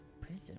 prison